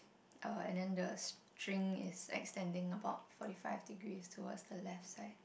uh and then the string is extending about forty five degrees towards the left side